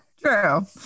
True